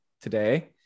today